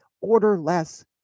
orderless